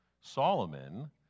Solomon